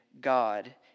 God